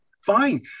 fine